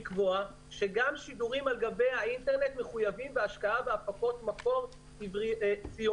לקבוע שגם שידורים על גבי האינטרנט מחויבים בהשקעה בהפקות מקור ציוניות,